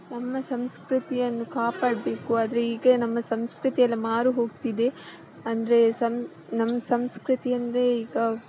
ನಮ್ಮ ಸಂಸ್ಕ್ರತಿಯನ್ನು ಕಾಪಾಡಬೇಕು ಆದರೆ ಈಗ ನಮ್ಮ ಸಂಸ್ಕೃತಿಯೆಲ್ಲ ಮಾರು ಹೋಗ್ತಿದೆ ಅಂದರೆ ಸಮ ನಮ್ಮ ಸಂಸ್ಕೃತಿಯಂದರೆ ಈಗ